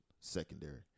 secondary